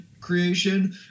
creation